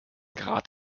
grad